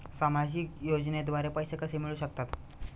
सामाजिक योजनेद्वारे पैसे कसे मिळू शकतात?